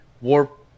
Warp